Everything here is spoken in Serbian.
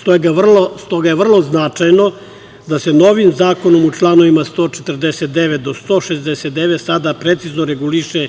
Stoga je vrlo značajno da se novim zakonom u članovima 149. do 169. sada precizno reguliše